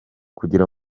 kugira